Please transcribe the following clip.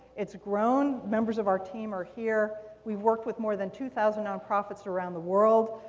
it's grown. members of our team are here. we've worked with more than two thousand nonprofits around the world.